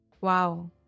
Wow